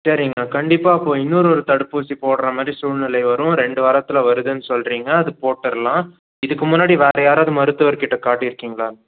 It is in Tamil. சரிங்க கண்டிப்பாக அப்போது இன்னொரு ஒரு தடுப்பூசி போடுற மாதிரி சூழ்நிலை வரும் ரெண்டு வாரத்தில் வருதுன்னு சொல்லுறிங்க அது போட்டுடலாம் இதுக்கு முன்னாடி வேறு யாராவது மருத்துவர் கிட்ட காட்டியிருக்கிங்களா